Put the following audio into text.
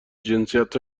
جنسیت